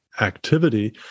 activity